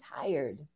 tired